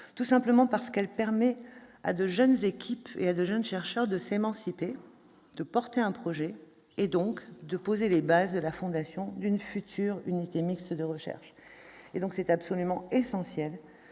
tout simplement parce qu'elle permet à de jeunes équipes et à de jeunes chercheurs de s'émanciper, de porter un projet, donc de poser les bases et la fondation d'une future unité mixte de recherche. Il est donc absolument essentiel